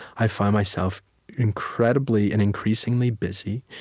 i find myself incredibly and increasingly busy,